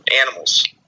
animals